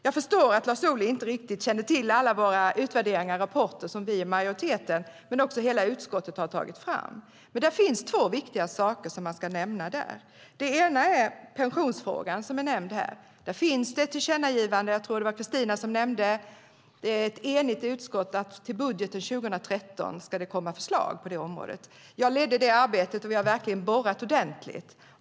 Jag förstår att Lars Ohly inte riktigt kände till alla våra utvärderingar och rapporter som vi i majoriteten och också hela utskottet har tagit fram. Det finns två viktiga saker som jag ska nämna där. Det ena är pensionsfrågan, som är nämnd här. Där finns det ett tillkännagivande. Jag tror att det var Christina Zedell som nämnde det. Ett enigt utskott tillkännagav att det till budgeten 2013 ska komma ett förslag på det området. Jag ledde det arbetet. Vi har verkligen borrat ordentligt.